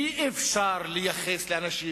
אי-אפשר לייחס לאנשים